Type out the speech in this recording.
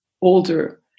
older